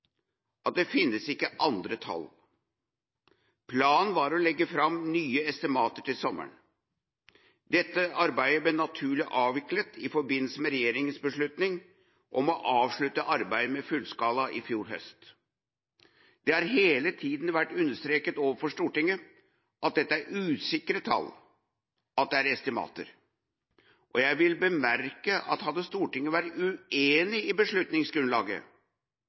at det finnes ikke andre tall. Planen var å legge fram nye estimater til sommeren. Dette arbeidet ble naturlig avviklet i forbindelse med regjeringens beslutning om å avslutte arbeidet med fullskala i fjor høst. Det har hele tiden vært understreket overfor Stortinget at dette er usikre tall, at det er estimater, og jeg vil bemerke at hadde Stortinget vært uenig i beslutningsgrunnlaget,